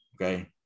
okay